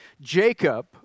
Jacob